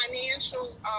financial